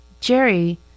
Jerry